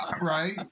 right